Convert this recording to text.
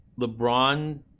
LeBron